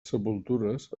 sepultures